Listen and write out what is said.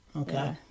Okay